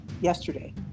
yesterday